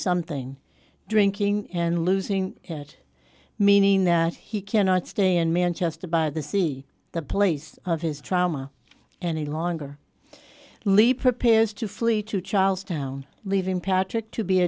something drinking and losing it meaning that he cannot stay in manchester by the sea the place of his trauma any longer leap prepares to flee to charlestown leaving patrick to be